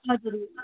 हजुर